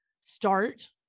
start